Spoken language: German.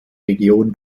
region